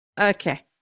okay